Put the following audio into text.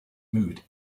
moved